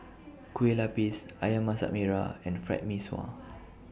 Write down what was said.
Kueh Lapis Ayam Masak Merah and Fried Mee Sua